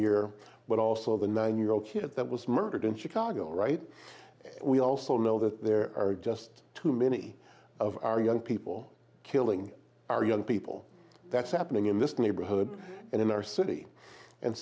year but also the nine year old kid that was murdered in chicago all right we also know that there are just too many of our young people killing our young people that's happening in this neighborhood and in our city and